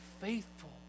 faithful